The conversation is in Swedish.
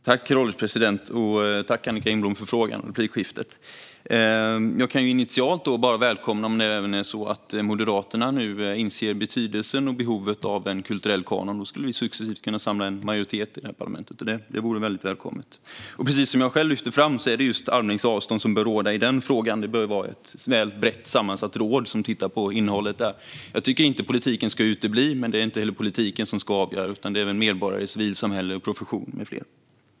Herr ålderspresident! Tack, Annicka Engblom, för frågan och repliken! Jag kan initialt bara välkomna om det är så att även Moderaterna nu inser betydelsen och behovet av en kulturell kanon. Då skulle vi successivt kunna samla en majoritet i det här parlamentet, och det vore väldigt välkommet. Precis som jag själv lyfte fram är det just en armlängds avstånd som bör råda i den frågan. Det bör vara ett brett sammansatt råd som tittar på innehållet. Jag tycker inte att politiken ska utebli, men det är inte heller politiken som ska avgöra, utan det är medborgare, civilsamhälle, profession med flera.